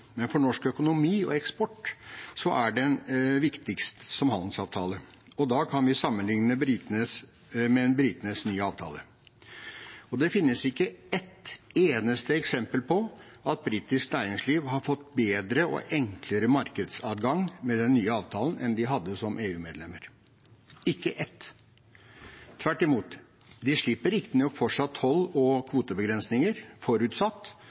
men for norsk økonomi og eksport er den viktigst som handelsavtale, og da kan vi sammenligne med britenes nye avtale. Det finnes ikke ett eneste eksempel på at britisk næringsliv har fått bedre og enklere markedsadgang med den nye avtalen enn de hadde som EU-medlemmer – ikke ett! Tvert imot: De slipper riktignok fortsatt toll og kvotebegrensninger, forutsatt